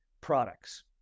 products